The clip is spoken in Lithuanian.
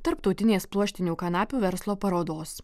tarptautinės pluoštinių kanapių verslo parodos